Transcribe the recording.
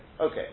Okay